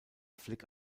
flick